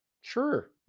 sure